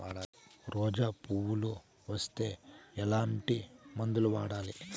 రోజా పువ్వులు వస్తే ఎట్లాంటి మందులు వాడాలి?